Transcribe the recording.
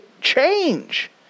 change